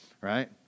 right